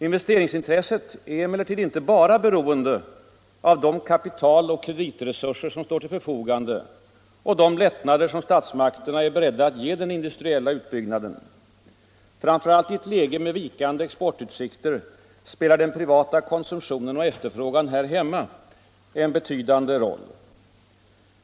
Investeringsintresset är emellertid inte bara beroende av de kapitaloch kreditresurser som står till förfogande och de lättnader som statsmakterna är beredda att ge den industriella utbyggnaden. Framför allt i ett läge med vikande exportutsikter spelar den privata konsumtionen och efterfrågan här hemma en betydande roll.